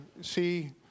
see